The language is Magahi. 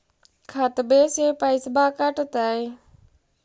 खतबे से पैसबा कटतय?